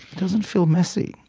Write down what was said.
doesn't feel messy,